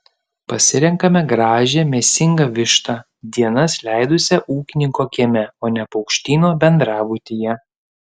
pasirenkame gražią mėsingą vištą dienas leidusią ūkininko kieme o ne paukštyno bendrabutyje